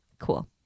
cool